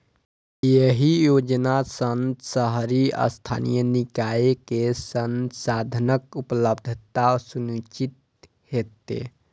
एहि योजना सं शहरी स्थानीय निकाय कें संसाधनक उपलब्धता सुनिश्चित हेतै